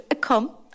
come